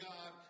God